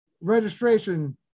registration